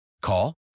Call